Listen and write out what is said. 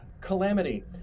Calamity